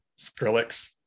Skrillex